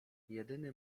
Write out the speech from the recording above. jedyny